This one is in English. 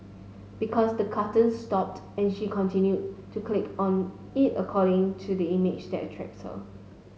because the cartoon stopped and she continue to click on it according to the image that attracts her